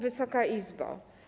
Wysoka Izbo!